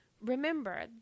Remember